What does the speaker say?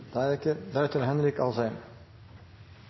De er ikke